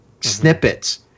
snippets